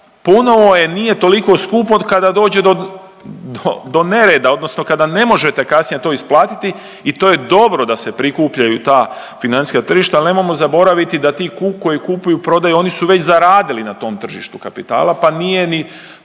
ponovo je, nije toliko skupo kada dođe do nereda odnosno kada ne možete kasnije to isplatiti i to je dobro da se prikupljaju ta financijska tržišta jer nemojmo zaboraviti da ti koji kupuju, prodaju oni su već zaradili na tom tržištu kapitala pa nije ni